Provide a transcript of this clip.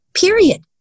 Period